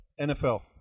NFL